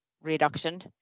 reduction